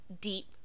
deep